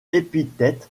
épithète